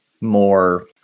more